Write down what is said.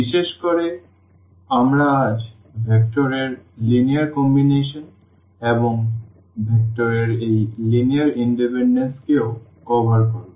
বিশেষ করে আমরা আজ ভেক্টর এর লিনিয়ার কম্বিনেশন এবং ভেক্টর এর এই লিনিয়ার ইনডিপেনডেন্সকেও কভার করব